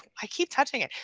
i keep touching it.